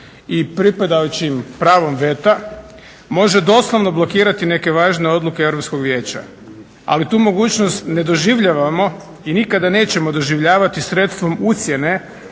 i pripadajućim pravom veta može doslovno blokirati neke važne odluke Europskog vijeća. Ali tu mogućnost ne doživljavamo i nikada nećemo doživljavati sredstvom ucjene